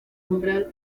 umbral